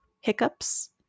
hiccups